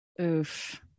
Oof